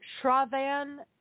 Shravan